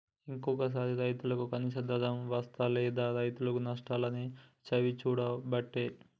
ఒక్కోసారి రైతుకు కనీస ధర వస్తలేదు, రైతు నష్టాలనే చవిచూడబట్టే